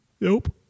Nope